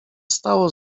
stało